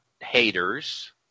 haters